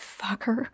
fucker